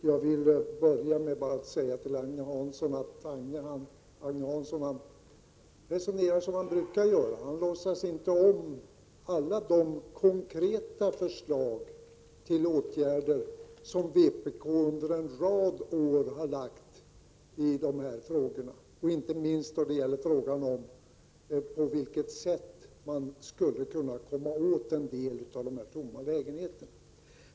Herr talman! Agne Hansson resonerar så som han brukar göra. Han låtsas inte om alla de konkreta förslag till åtgärder som vpk under en rad år har lagt fram, inte minst då det gäller frågan om på vilket sätt man skulle kunna komma åt en del av de tomma lägenheterna.